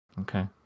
Okay